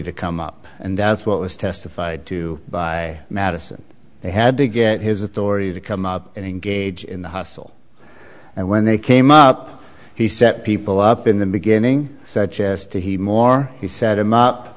to come up and that's what was testified to by madison they had to get his authority to come up and engage in the hustle and when they came up he set people up in the beginning such as to he more he set him up